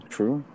True